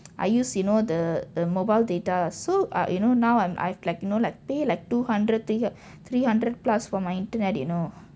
I use you know the the mobile data ah so ah you know now I'm I like you know like pay like two hundred three hu~ three hundred plus for my internet you know